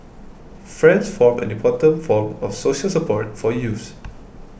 friends form an important form of social support for youths